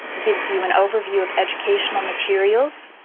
give you an overview of educational materials.